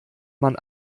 man